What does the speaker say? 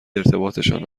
ارتباطشان